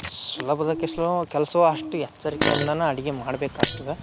ಸುಲಭದ ಕೆಸ್ಲೋ ಕೆಲಸವೋ ಅಷ್ಟು ಎಚ್ಚರಿಕೆಯಿಂದನು ಅಡಿಗೆ ಮಾಡಬೇಕಾಗ್ತದೆ